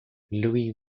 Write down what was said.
louis